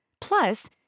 Plus